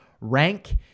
rank